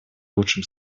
лучшем